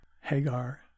Hagar